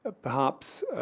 ah perhaps